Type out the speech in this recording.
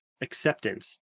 acceptance